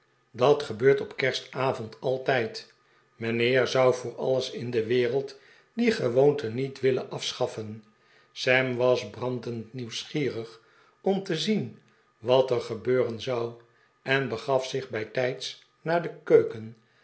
dat gebeurt op kerstavond altijd mijnheer zou voor alles in de wereld die gewoonte niet willen afschaffen sam was brandend nieuwsgierig om te zien wat er gebeuren zou en begaf zich bijtijds naar de keuken